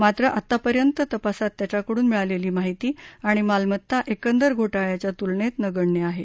मात्र आतापर्यंतच्या तपासात त्याच्याकडून मिळालेली माहिती आणि मालमत्ता एकंदर घोटाळ्याच्या तुलनेत नगण्य आहे